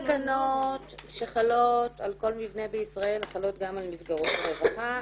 כל התקנות שחלות על כל מבנה בישראל חלות גם על מסגרות הרווחה,